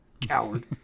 Coward